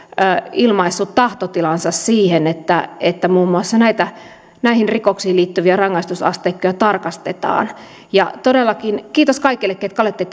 ilmaissut tahtotilansa siihen että että muun muassa näihin rikoksiin liittyviä rangaistusasteikkoja tarkastetaan ja todellakin kiitos kaikille ketkä olette